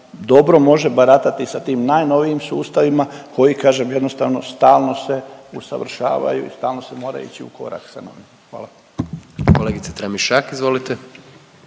dobro može baratati sa tim najnovijim sustavima koji kažem jednostavno stalno se usavršavaju i stalno se mora ići u korak sa novim. Hvala. **Jandroković,